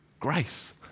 Grace